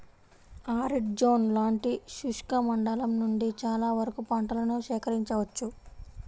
arid zone లాంటి శుష్క మండలం నుండి చాలా వరకు పంటలను సేకరించవచ్చు